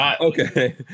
Okay